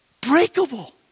breakable